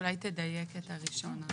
אולי תדייק את הראשון.